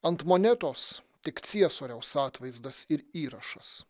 ant monetos tik ciesoriaus atvaizdas ir įrašas